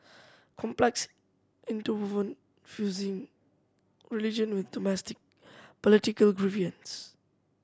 complex interwoven fusing religion with domestic political grievances